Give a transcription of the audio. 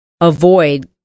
avoid